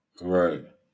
Right